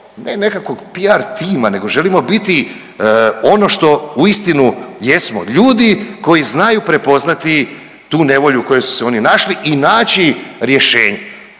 ne nekakvog PR tima, nego želimo biti ono što uistinu jesmo. Ljudi koji znaju prepoznati tu nevolju u kojoj su se oni našli i naći rješenja.